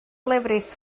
lefrith